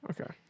Okay